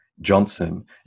Johnson